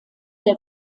der